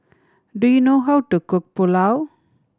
do you know how to cook Pulao